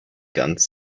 ganz